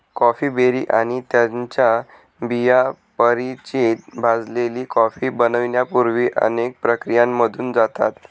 coffee berry आणि त्यांच्या बिया परिचित भाजलेली कॉफी बनण्यापूर्वी अनेक प्रक्रियांमधून जातात